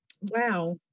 Wow